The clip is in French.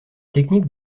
techniques